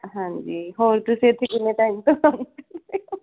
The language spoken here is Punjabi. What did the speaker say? ਹਾਂਜੀ ਹੋਰ ਤੁਸੀਂ ਇੱਥੇ ਕਿੰਨੇ ਟਾਈਮ ਤੋਂ ਹੋ